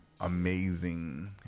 amazing